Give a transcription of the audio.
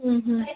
ಹ್ಞೂ ಹ್ಞೂ